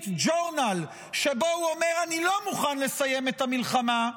ג'ורנל שבו הוא אומר: אני לא מוכן לסיים את המלחמה,